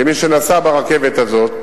כמי שנסע ברכבת הזאת,